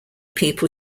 people